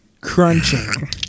crunching